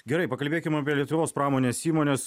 gerai pakalbėkim apie lietuvos pramonės įmones